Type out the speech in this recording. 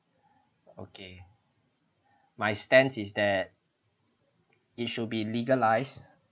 okay my stance is that it should be legalised